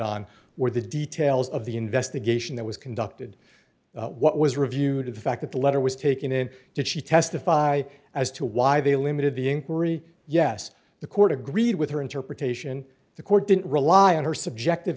on were the details of the investigation that was conducted what was reviewed of the fact that the letter was taken and did she testify as to why they limited the inquiry yes the court agreed with her interpretation the court didn't rely on her subjective